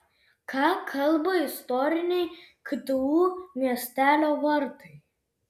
ką kalba istoriniai ktu miestelio vartai